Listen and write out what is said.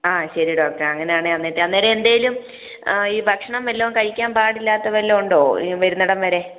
ആ ശരി ഡോക്ടറെ അങ്ങനെ ആണെൽ അന്നേരം എന്തേലും ആ ഈ ഭക്ഷണം വല്ലോം കഴിക്കാൻ പാടില്ലാത്തത് വല്ലോം ഉണ്ടോ വരുന്നിടം വരെ